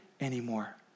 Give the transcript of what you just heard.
anymore